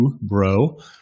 bro